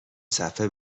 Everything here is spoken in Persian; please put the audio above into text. صفحه